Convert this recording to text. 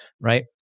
right